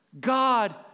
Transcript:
God